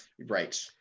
Right